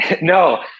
No